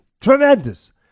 Tremendous